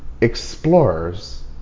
explorers